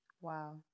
Wow